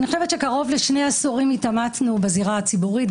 אני חושבת שקרוב לשני עשורים התעמתנו בזירה הציבורית,